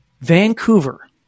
Vancouver